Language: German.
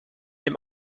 dem